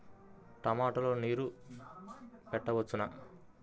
టమాట లో నీరు పెట్టవచ్చునా?